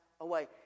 away